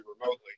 remotely